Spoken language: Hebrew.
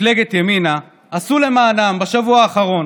מפלגת ימינה, עשו למענם בשבוע האחרון.